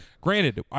granted